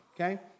okay